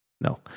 No